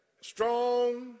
strong